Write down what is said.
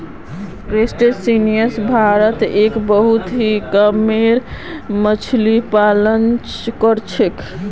crustaceans भारतत एक बहुत ही कामेर मच्छ्ली पालन कर छे